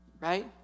right